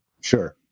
Sure